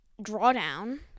Drawdown